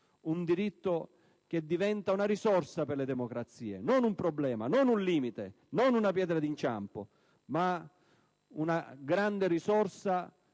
un diritto che diventa una risorsa per le democrazie, non un problema, un limite o una pietra d'inciampo; ripeto